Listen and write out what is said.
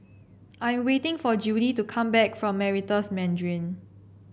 I'm waiting for Judie to come back from Meritus Mandarin